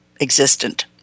existent